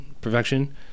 perfection